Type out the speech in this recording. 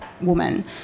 woman